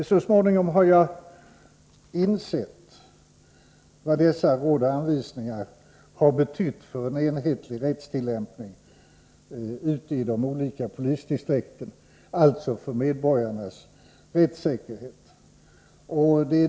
Så småningom har jag insett vad dessa föreskrifter och anvisningar för polisväsendet har betytt för en enhetlig rättstillämpning ute i de olika polisdistrikten , alltså för medborgarnas rättssäkerhet.